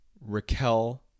Raquel